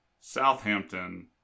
Southampton